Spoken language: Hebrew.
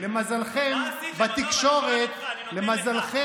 אני שואל אותך.